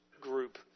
group